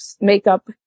makeup